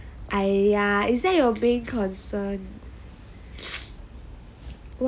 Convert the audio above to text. !aiya! is that your main concern